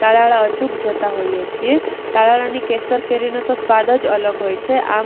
તળાળા અચૂક જતાં હોઈએ છીએ તળાળાની કેસર કેરીનો તો સ્વાદ જ અલગ હોય છે આમ